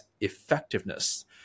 effectiveness